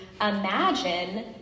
imagine